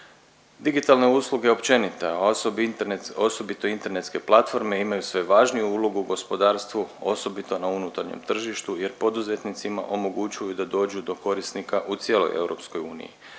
Digitalne usluge općenito, a osobito internetske platforme imaju sve važniju ulogu u gospodarstvu osobito na unutarnjem tržištu jer poduzetnicima omogućuju da dođu do korisnika u cijeloj EU jer